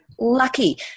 lucky